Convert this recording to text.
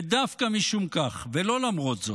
ודווקא משום כך, ולא למרות זאת,